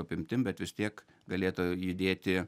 apimtim bet vis tiek galėtų judėti